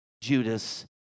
Judas